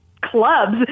clubs